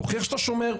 תוכיח שאתה שומר",